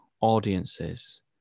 audiences